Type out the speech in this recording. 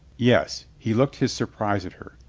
yes. he looked his surprise at her,